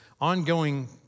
Ongoing